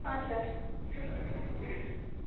ಹಾಂ ಸರ್